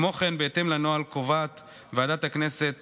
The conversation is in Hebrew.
כמו כן, בהתאם לנוהל קובעת ועדת הכנסת